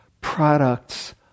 products